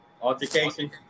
altercation